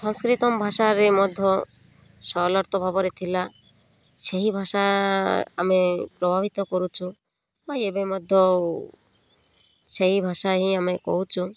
ସଂସ୍କୃତମ୍ ଭାଷାରେ ମଧ୍ୟ ସରଳାର୍ଥ ଭାବରେ ଥିଲା ସେହି ଭାଷା ଆମେ ପ୍ରଭାବିତ କରୁଛୁ ବା ଏବେ ମଧ୍ୟ ସେହି ଭାଷା ହିଁ ଆମେ କହୁଛୁ